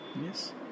Yes